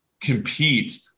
compete